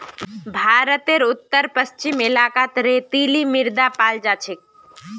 भारतेर उत्तर पश्चिम इलाकात रेतीली मृदा पाल जा छेक